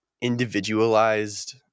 individualized